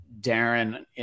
Darren